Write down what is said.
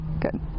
good